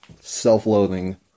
self-loathing